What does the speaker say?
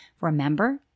Remember